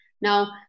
Now